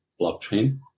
blockchain